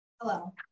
Hello